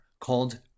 called